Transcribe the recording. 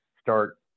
start